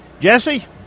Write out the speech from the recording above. Jesse